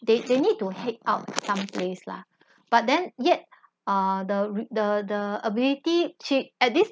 they they need to head out some place lah but then yet err the the the ability ch~at this